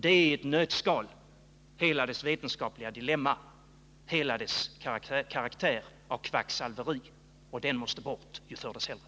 Det är i ett nötskal hela dess vetenskapliga dilemma, hela dess karaktär av kvacksalveri — och den måste bort, ju förr dess hellre.